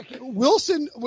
Wilson